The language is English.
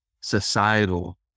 societal